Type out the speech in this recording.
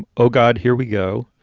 oh, god. here we go.